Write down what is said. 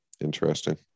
Interesting